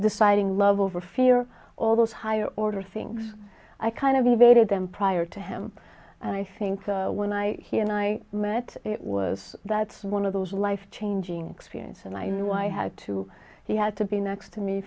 deciding love over fear all those higher order things i kind of invaded them prior to him and i think when i hear and i met it was that's one of those life changing experience and i knew i had to he had to be next to me